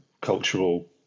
cultural